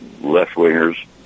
left-wingers